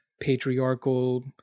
patriarchal